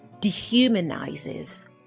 dehumanizes